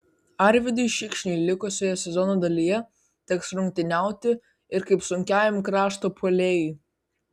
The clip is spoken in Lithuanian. arvydui šikšniui likusioje sezono dalyje teks rungtyniauti ir kaip sunkiajam krašto puolėjui